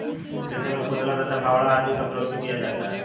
कृषि में कुदाल तथा फावड़ा आदि का प्रयोग भी किया जाता है